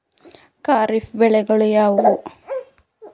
ಖಾರಿಫ್ ಬೆಳೆಗಳು ಯಾವುವು?